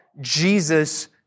Jesus